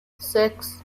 six